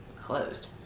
closed